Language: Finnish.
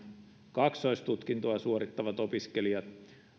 kaksoistutkintoa suorittavat opiskelijat